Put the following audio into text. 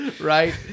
right